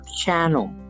channel